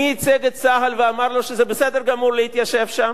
מי ייצג את צה"ל ואמר לו שזה בסדר גמור להתיישב שם?